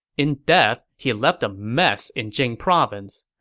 in death, he left a mess in jing province.